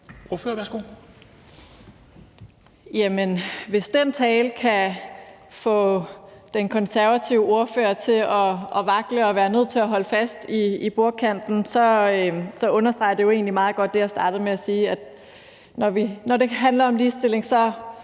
hvis den tale kan få den konservative ordfører til at vakle og være nødt til at holde fast i bordkanten, understreger det jo egentlig meget godt det,